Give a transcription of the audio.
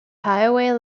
highway